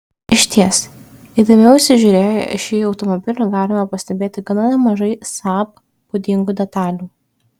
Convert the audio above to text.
išties įdėmiau įsižiūrėję į šį automobilį galime pastebėti gana nemažai saab būdingų detalių